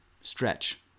stretch